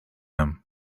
him